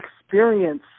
experience